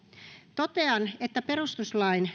totean että perustuslain